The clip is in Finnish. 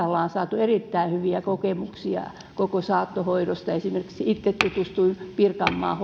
ollaan saatu erittäin hyviä kokemuksia koko saattohoidosta esimerkiksi itse tutustuin pirkanmaan